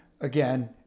Again